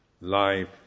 life